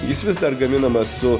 jis vis dar gaminamas su